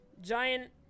giant